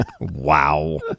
Wow